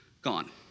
Gone